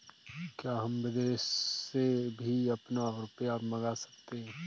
क्या हम विदेश से भी अपना रुपया मंगा सकते हैं?